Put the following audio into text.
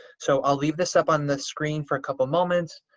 so i'll leave this up on the screen for a couple of moments.